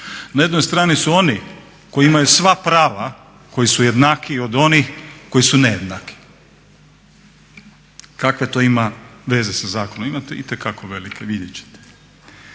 na jednoj strani su oni koji imaju sva prava koji su jednakiji od onih koji su nejednaki. Kakve to ima veze sa zakonom? Ima to itekako velike, vidjet ćete.